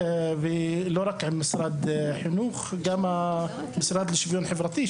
ולא רק עם משרד החינוך אלא גם עם המשרד לשוויון חברתי,